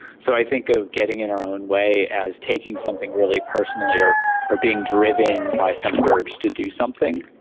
so i think of getting in our own way as taking something really personally or or being driven by some urge to do something,